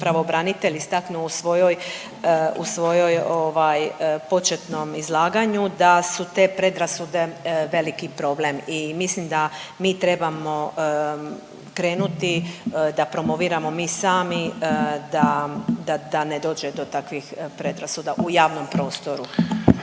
pravobranitelj istaknuo u svojoj, u svojoj ovaj početnom izlaganju da su te predrasude veliki problem i mislim da mi trebamo krenuti da promoviramo mi sami da, da, da ne dođe do takvih predrasuda u javnom prostoru.